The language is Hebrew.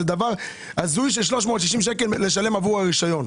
זה הזוי לשלם 360 שקל עבור הרשיון.